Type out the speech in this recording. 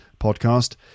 podcast